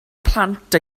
plant